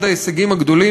אחד ההישגים הגדולים,